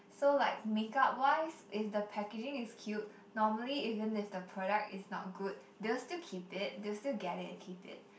so like make up wise if the packaging is cute normally even if the product is not good they'll still keep it they'll still get it and keep it